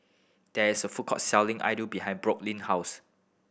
there is a food court selling Idili behind Brooklyn house